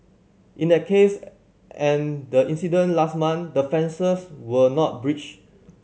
in that case and the incident last month the fences were not breached